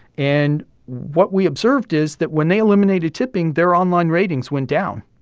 and what we observed is that when they eliminated tipping, their online ratings went down.